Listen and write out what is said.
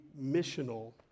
missional